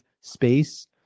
space